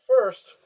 First